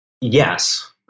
Yes